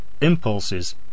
impulses